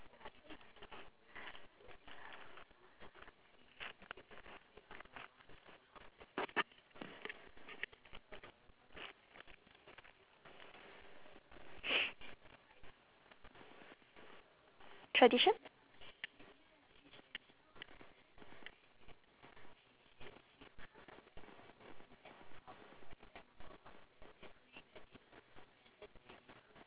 tradition